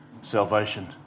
salvation